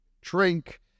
drink